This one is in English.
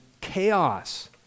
chaos